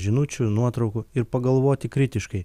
žinučių nuotraukų ir pagalvoti kritiškai